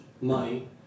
money